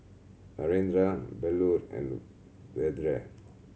Narendra Bellur and Vedre